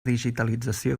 digitalització